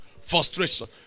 frustration